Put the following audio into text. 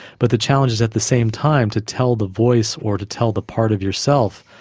but the challenge is at the same time to tell the voice or to tell the part of yourself,